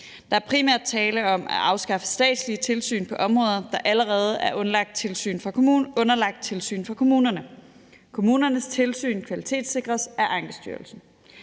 Der er primært tale om at afskaffe statslige tilsyn på områder, der allerede er underlagt tilsyn fra kommunerne. Kommunernes tilsyn kvalitetssikres af Ankestyrelsen.